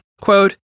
Quote